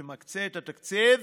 שמקצה את התקציב